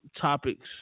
topics